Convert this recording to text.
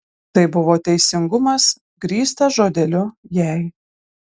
tai buvo teisingumas grįstas žodeliu jei